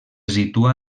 situa